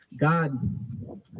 God